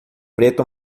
preto